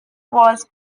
was